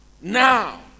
now